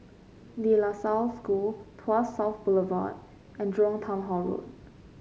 De La Salle School Tuas South Boulevard and Jurong Town Hall Road